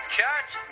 Church